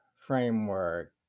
framework